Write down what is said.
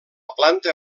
planta